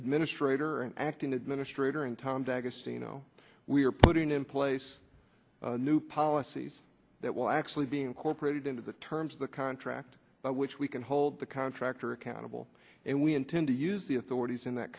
administrator an acting administrator in tom dagestani know we're putting in place new policies that will actually be incorporated into the terms of the contract by which we can hold the contractor accountable and we intend to use the authorities in that